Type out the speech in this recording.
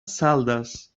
saldes